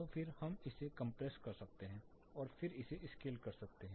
तो फिर हम इसे कंप्रेस कर सकते हैं और फिर इसे स्केल कर सकते हैं